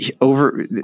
over –